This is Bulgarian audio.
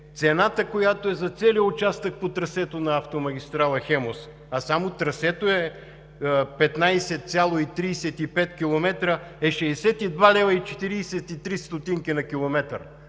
Цената за целия участък по трасето на автомагистрала „Хемус“, а само трасето е 15,35 км, е 62,43 лв. на километър.